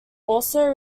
also